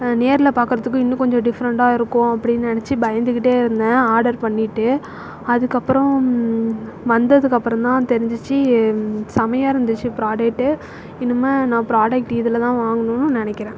நேரில் பார்க்குறதுக்கு இன்னும் கொஞ்சம் டிஃபரெண்ட்டாக இருக்கும் அப்படினு நினச்சி பயந்துகிட்டே இருந்தேன் ஆடர் பண்ணிட்டு அதுக்கு அப்புறம் வந்ததுக்கு அப்புறம் தான் தெரிஞ்சிச்சு செம்மயா இருந்துச்சு ப்ராடக்ட்டு இனிமே நான் ப்ராடக்ட்டு இதில்தான் வாங்கணும்னு நினைக்கிறேன்